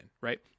right